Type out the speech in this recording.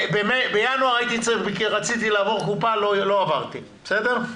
בינואר רציתי לעבור קופה ולא עברתי, בסדר?